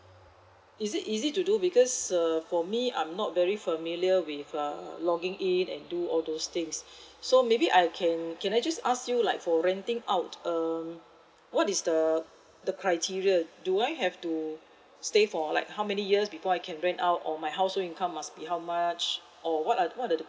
is it easy to do because uh for me I'm not very familiar with uh logging in and do all those things so maybe I can can I just ask you like for renting out um what is the the criteria do I have to stay for like how many years before I can rent out or my household income must be how much or what are what are the